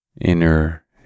inner